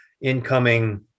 incoming